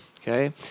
okay